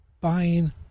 Buying